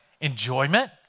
enjoyment